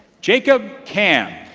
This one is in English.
jacob kam